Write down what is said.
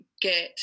get